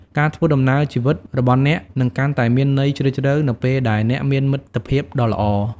ការធ្វើដំណើរជីវិតរបស់អ្នកនឹងកាន់តែមានន័យជ្រាលជ្រៅនៅពេលដែលអ្នកមានមិត្តភាពដ៏ល្អ។